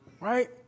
right